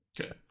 Okay